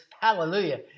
hallelujah